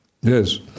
Yes